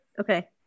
Okay